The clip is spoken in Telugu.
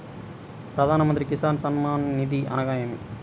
ప్రధాన మంత్రి కిసాన్ సన్మాన్ నిధి అనగా ఏమి?